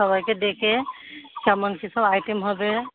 সবাইকে ডেকে কেমন কি সব আইটেম হবে